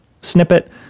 snippet